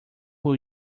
who